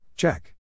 Check